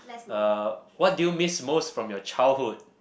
uh what do you miss most from your childhood